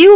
you